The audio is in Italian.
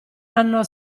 hanno